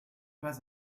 pas